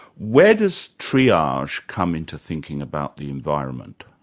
where does triage come into thinking about the environment?